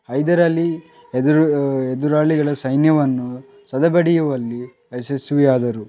ಹೈದರಲಿ ಎದುರು ಎದುರಾಳಿಗಳ ಸೈನ್ಯವನ್ನು ಸದೆಬಡಿಯುವಲ್ಲಿ ಯಶಸ್ವಿಯಾದರು